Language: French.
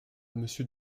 monsieur